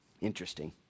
Interesting